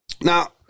Now